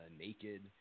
naked